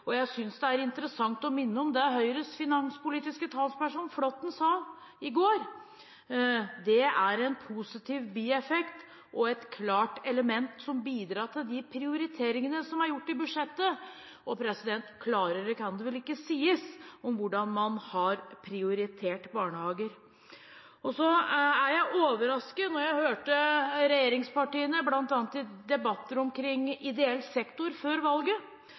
Jeg synes det er interessant å minne om det Høyres finanspolitiske talsperson Flåtten sa, da han uttalte at det er en positiv bieffekt og et klart element som bidrar til de prioriteringene som er gjort i budsjettet. Klarere kan det vel ikke sies om hvordan man har prioritert barnehager. Jeg ble overrasket da jeg hørte regjeringspartiene bl.a. i debatter om ideell sektor før valget.